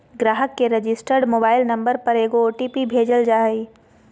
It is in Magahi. ग्राहक के रजिस्टर्ड मोबाइल नंबर पर एगो ओ.टी.पी भेजल जा हइ